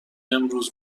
امروز